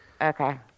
Okay